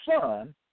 Son